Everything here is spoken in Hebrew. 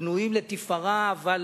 בנויים לתפארה אבל